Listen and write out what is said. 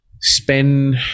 spend